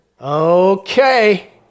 Okay